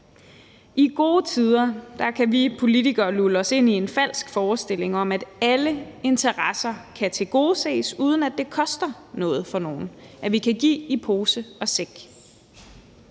I gode tider kan vi politikere lulle os ind i en falsk forestilling om, at alle interesser kan tilgodeses, uden at det koster noget for nogen – at vi kan give i pose og i sæk.